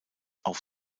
auf